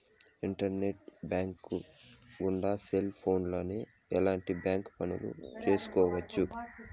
internet bank గుండా cell ఫోన్లోనే ఎలాంటి బ్యాంక్ పనులు చేసుకోవచ్చు